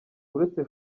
uretse